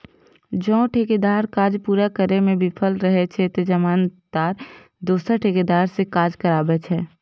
जौं ठेकेदार काज पूरा करै मे विफल रहै छै, ते जमानतदार दोसर ठेकेदार सं काज कराबै छै